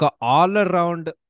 all-around